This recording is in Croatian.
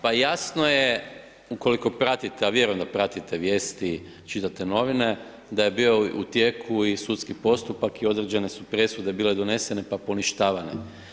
Pa jasno je ukoliko pratite, a vjerujem da pratite vijesti, čitate novine, da je bio u tijeku i sudski postupak i određene su presude bile donesene pa poništavane.